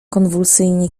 konwulsyjnie